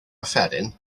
offeryn